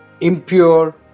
impure